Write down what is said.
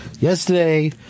Yesterday